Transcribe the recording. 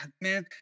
man